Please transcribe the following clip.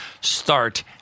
start